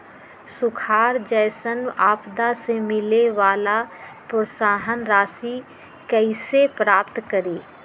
सुखार जैसन आपदा से मिले वाला प्रोत्साहन राशि कईसे प्राप्त करी?